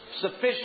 sufficient